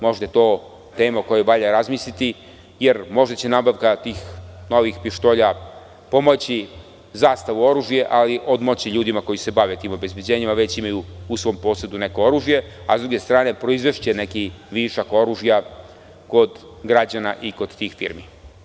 Možda je to tema o kojoj treba razmisliti jer će možda nabavka tih novih pištolja pomoći „Zastavu oružje“, ali odmoći ljudima koji se bave obezbeđenjem i koji već imaju u svom posedu oružje, a sa druge strane proizvešće višak oružja kod građana i tih firmi.